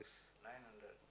nine hundred